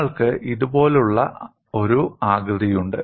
നിങ്ങൾക്ക് ഇതുപോലുള്ള ഒരു ആകൃതിയുണ്ട്